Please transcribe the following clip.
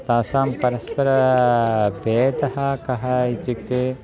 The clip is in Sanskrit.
तासां परस्पर भेदः कः इत्युक्ते